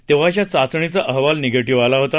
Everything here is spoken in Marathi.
तेव्हाच्या चाचणीचा अहवाल निगेटीव्ह आला होता